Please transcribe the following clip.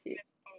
left out